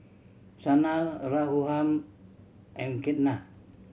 Sanal Raghuram and Ketna